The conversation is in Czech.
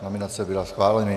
Nominace byly schváleny.